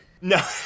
No